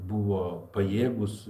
buvo pajėgūs